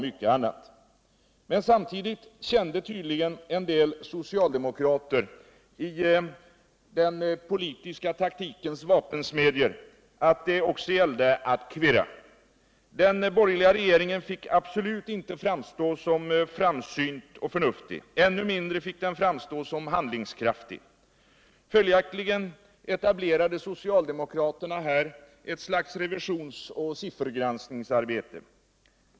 Men samtidigt kände tydligen en del socialdemokrater i den politiska praktikens vapensmedjor att det också gällde att kvirra. Den borgerliga regeringen fick absolut inte framstå som framsynt och förnuftig, ännu mindre som handlingskraftig. Följaktligen etablerade socialdemokraterna här ett slags revistions och siffergranskningsarbete.